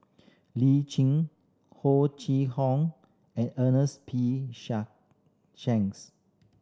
Lee Tjin Ho Chee Kong and Ernest P Shank Shanks